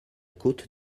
côte